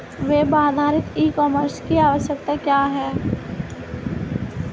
Web आधारित e commerce की आवश्यकता क्या है?